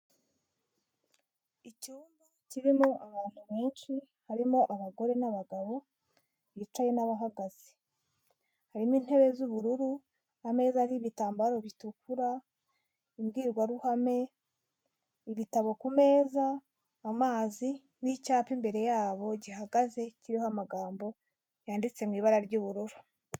Icyumba kirimo abantu benshi harimo abagore n'abagabo bicaye n'abahagaze, harimo: intebe z'ubururu, ameza y'ibitambaro bitukura, imbwirwaruhame, ibitabo ku meza, amazi n'icyapa imbere yabo gihagaze kiriho amagambo yanditse mu ibara ry'ubururu.